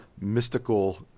mystical